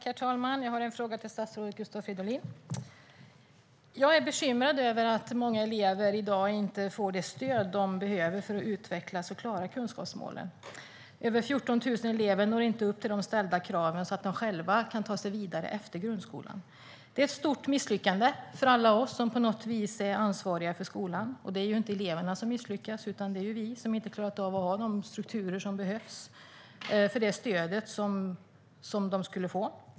Herr talman! Jag har en fråga till statsrådet Gustav Fridolin. Jag är bekymrad över att många elever i dag inte får det stöd som de behöver för att utvecklas och klara kunskapsmålen. Det är över 14 000 elever som inte når upp till de ställda kraven så att de själva kan ta sig vidare efter grundskolan. Det är ett stort misslyckande för alla oss som på något vis är ansvariga för grundskolan. Det är inte eleverna som misslyckas, utan det är vi, för vi har inte klarat av att ha de strukturer som behövs för det stöd som de skulle få.